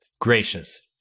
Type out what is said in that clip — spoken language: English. gracious